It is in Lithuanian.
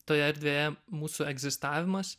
toje erdvėje mūsų egzistavimas